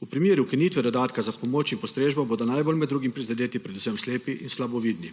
V primeru ukinitve dodatka za pomoč in postrežbo bodo najbolj med drugim prizadeti predvsem slepi in slabovidni.